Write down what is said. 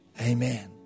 Amen